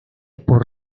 por